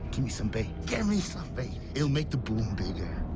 gimme some bait. gimme some bait. it'll make the boom bigger.